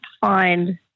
find